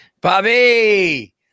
Bobby